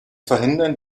verhindern